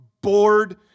bored